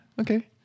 okay